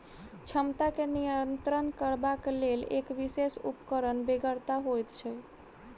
क्षमता के नियंत्रित करबाक लेल एक विशेष उपकरणक बेगरता होइत छै